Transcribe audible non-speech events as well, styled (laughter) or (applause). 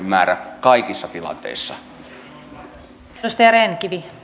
(unintelligible) määrä kaikissa tilanteissa